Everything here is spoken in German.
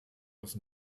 das